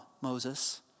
Moses